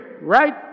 right